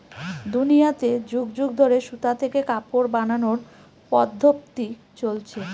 দুনিয়াতে যুগ যুগ ধরে সুতা থেকে কাপড় বানানোর পদ্ধপ্তি চলছে